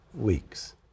weeks